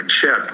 Chip